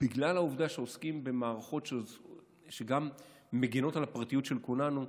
בגלל העובדה שעוסקים במערכות שגם מגינות על הפרטיות של כולנו,